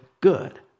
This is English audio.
good